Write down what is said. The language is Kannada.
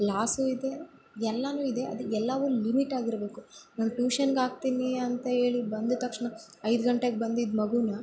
ಲಾಸು ಇದೆ ಎಲ್ಲವೂ ಇದೆ ಅದು ಎಲ್ಲವೂ ಲಿಮಿಟ್ ಆಗಿರಬೇಕು ನಾನು ಟ್ಯೂಷನ್ಗೆ ಹಾಕ್ತೀನಿ ಅಂತ ಹೇಳಿ ಬಂದ ತಕ್ಷಣ ಐದು ಗಂಟೆಗೆ ಬಂದಿದ್ದ ಮಗುನ್ನ